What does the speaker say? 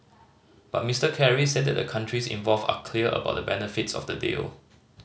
but Mister Kerry said that the countries involved are clear about the benefits of the deal